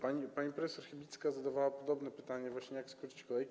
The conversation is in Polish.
Pani prof. Chybicka zadała podobne pytanie, właśnie jak skrócić kolejki.